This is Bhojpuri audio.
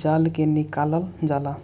जाल के निकालल जाला